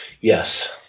Yes